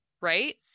right